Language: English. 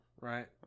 right